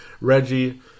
Reggie